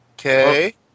Okay